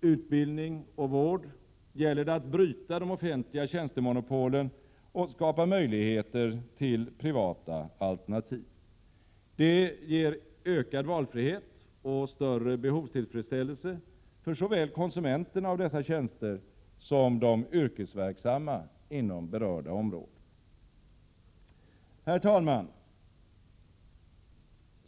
utbildning och vård gäller det att bryta de offentliga tjänstemonopolen och skapa möjligheter till privata alternativ. Det ger ökad valfrihet och större behovstillfredsställelse för såväl konsumenterna av dessa tjänster som de yrkesverksamma inom berörda områden. Herr talman!